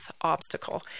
obstacle